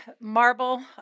marble